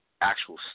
actual